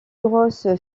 grosse